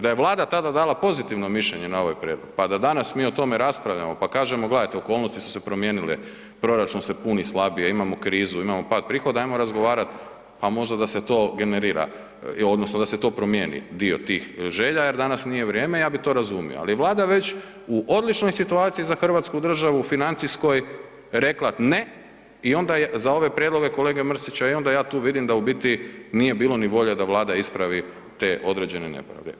Da je Vlada tada dala pozitivno mišljenje na ove prijedloge pa da danas mi o tome raspravljamo, pa kažemo gledajte, okolnosti su se promijenile, proračun se puni slabije, imamo krizu, imamo pad prihoda, ajmo razgovarati pa možda da se to generira odnosno da se to promijeni dio tih želja jer danas nije vrijeme, ja bi to razumio ali Vlada već u odličnoj situaciji za hrvatsku državu, financijskoj rekla „ne“ i onda je za ove prijedloge kolege Mrsića i onda ja tu vidim da u biti nije bilo ni volje da Vlada ispravi te određene nepravde.